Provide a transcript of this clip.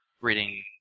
reading